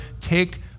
take